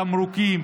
תמרוקים,